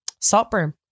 Saltburn